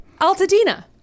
Altadena